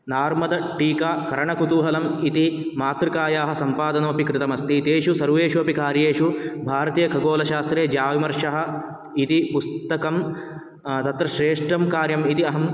नार्मदटीकाकरणकुतुहलमिति मातृकायाः सम्पादनोऽपि कृतमस्ति तेषु सर्वेषु अपि कार्येषु भारतीयखगोलशास्त्रे ज्याविमर्शः इति पुस्तकं तत्र श्रेष्ठं कार्यमिति अहम्